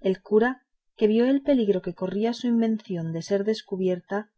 el cura que vio el peligro que corría su invención de ser descubierta